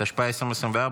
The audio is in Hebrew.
התשפ"ה 2024,